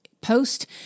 post